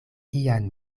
ian